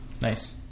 Nice